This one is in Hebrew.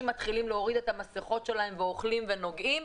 מתחילים להוריד את המסכות שלהם ואוכלים ונוגעים,